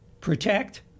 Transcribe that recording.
Protect